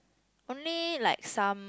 only like some